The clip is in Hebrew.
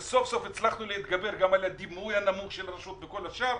וסוף סוף הצלחנו להתגבר גם על הדימוי הנמוך של הרשות וכל השאר,